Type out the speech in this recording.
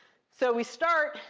so we start,